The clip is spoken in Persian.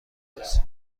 درست